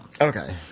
Okay